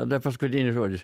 kada paskutinį žodį